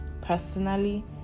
personally